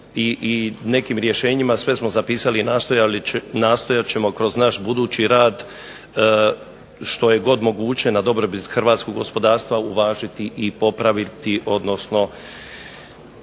i nekim rješenjima, sve smo zapisali i nastojat ćemo kroz naš budući rad na dobrobit Hrvatskog gospodarstva uvažiti i popraviti odnosno